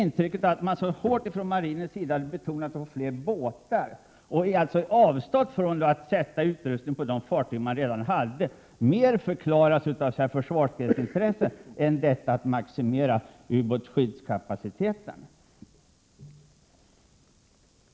Att marinen så hårt hade betonat att det skulle vara fler fartyg och avstått från att föreslå utrustning till de fartyg som redan fanns fick vi intryck av förklarades mer av ”försvarsgrensintresse” än av en vilja att maximera ubåtsskyddskapaciteten.